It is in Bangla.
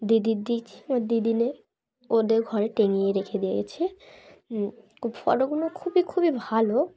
দিদির দিয়েছি আমার দিদিদের ওদের ঘরে টাঙিয়ে রেখে দিয়েছে ফটোগুলো খুবই খুবই ভালো